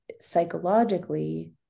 psychologically